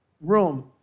room